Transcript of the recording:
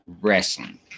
Wrestling